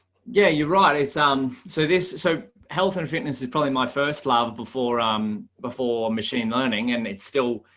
yeah, you're right, it's um, so this. so health and fitness is probably my first love before, um before machine learning and it's still,